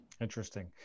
Interesting